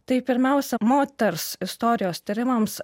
tai pirmiausia moters istorijos tyrimams